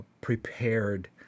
prepared